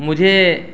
مجھے